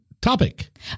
Topic